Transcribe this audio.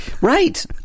Right